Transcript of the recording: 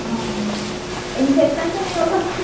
हाँ हाँ इंफेक्सन तो नहीं होगा कुछ